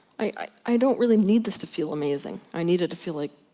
i don't really need this to feel amazing. i need it to feel like,